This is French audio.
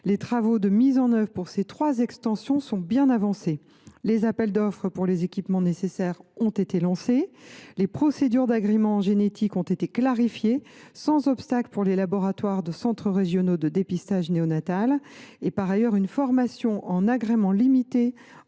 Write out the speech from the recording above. Les travaux de mise en œuvre pour ces trois extensions sont bien avancés ; les appels d’offres pour les équipements nécessaires ont été lancés ; les procédures d’agrément en génétique ont été clarifiées, sans obstacle réglementaire ou organisationnel pour les laboratoires des centres régionaux de dépistage néonatal. Par ailleurs, une formation en agrément limité